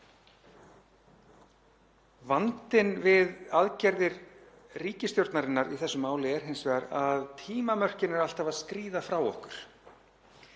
Vandinn við aðgerðir ríkisstjórnarinnar í þessu máli er hins vegar að tímamörkin eru alltaf að skríða frá okkur.